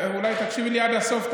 אולי תקשיבי לי עד הסוף,